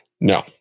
No